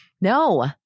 no